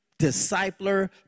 discipler